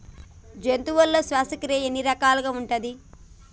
జంతువులలో శ్వాసక్రియ ఎన్ని రకాలు ఉంటది?